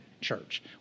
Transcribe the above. church